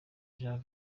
jan